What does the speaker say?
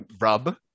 rub